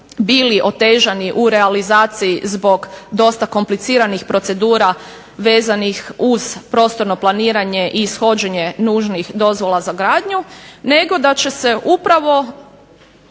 bili otežani u realizaciji zbog dosta kompliciranih procedura vezanih uz prostorno planiranje i ishođenje nužnih dozvola za gradnju nego da će se upravo